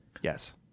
Yes